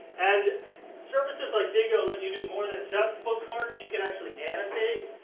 and services like diigo let you do more then just bookmark. you can actually annotate.